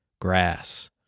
Grass